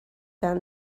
down